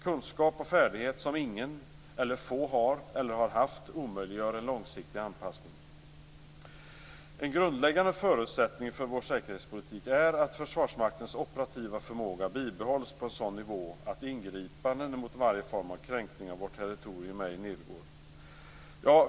Kunskap och färdighet som ingen eller få har eller har haft omöjliggör en långsiktig anpassning. En grundläggande förutsättning för vår säkerhetspolitik är att Försvarsmaktens operativa förmåga bibehålls på en sådan nivå att ingripanden mot varje form av kränkning av vårt territorium ej går ned.